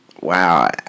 Wow